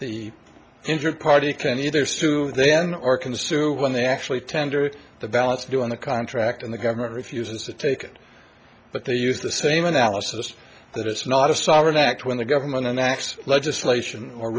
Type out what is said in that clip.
the injured party can either sue then or can sue when they actually tender the balance due on the contract and the government refuses to take it but they use the same analysis that it's not a sovereign act when the government and acts legislation or